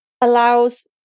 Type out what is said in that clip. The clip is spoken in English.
allows